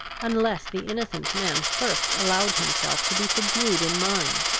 unless the innocent man first allowed himself to be subdued in mind,